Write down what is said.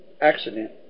accident